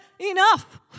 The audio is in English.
enough